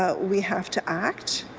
but we have to act.